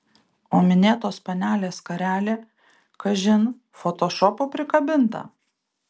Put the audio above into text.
o minėtos panelės skarelė kažin fotošopu prikabinta